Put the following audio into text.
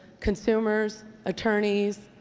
consumers, attorneys,